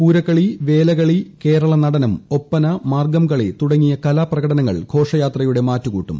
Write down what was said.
പൂരക്കളി വേലകളി കേരളനടനം ഒപ്പന മാർഗ്ഗംകളി തുടങ്ങിയ കലാപ്രകടനങ്ങൾ ഘോഷയാത്രയുടെ മാറ്റ് കൂട്ടും